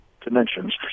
dimensions